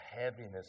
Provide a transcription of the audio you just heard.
heaviness